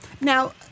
Now